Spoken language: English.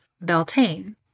Beltane